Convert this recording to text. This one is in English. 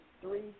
three